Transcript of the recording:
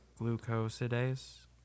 glucosidase